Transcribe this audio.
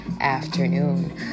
afternoon